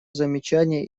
замечания